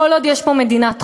כל עוד יש פה מדינת חוק,